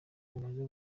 amaze